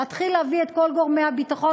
להתחיל להביא את כל גורמי הביטחון,